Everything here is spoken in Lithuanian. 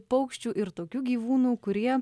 paukščių ir tokių gyvūnų kurie